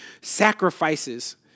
sacrifices